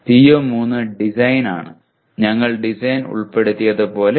PO3 design ആണ് ഞങ്ങൾ design ഉൾപ്പെടുത്തിയതുപോലെ